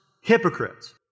hypocrites